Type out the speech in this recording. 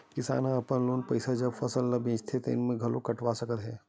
किसान ह अपन लोन के पइसा ल जब फसल ल बेचथे तउने म घलो कटवा सकत हे